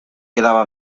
quedaba